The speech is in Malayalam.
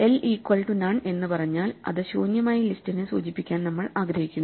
l ഈക്വൽ റ്റു നൺ എന്ന് പറഞ്ഞാൽ അത് ശൂന്യമായ ലിസ്റ്റിനെ സൂചിപ്പിക്കാൻ നമ്മൾ ആഗ്രഹിക്കുന്നു